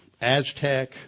Aztec